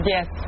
Yes